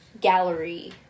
gallery